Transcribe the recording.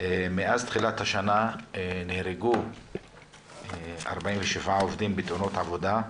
מאז תחילת השנה נהרגו 47 עובדים בתאונות עבודה,